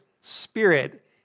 spirit